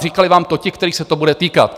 Říkali vám to ti, kterých se to bude týkat.